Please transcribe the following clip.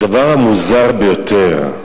הדבר המוזר ביותר,